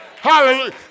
Hallelujah